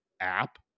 app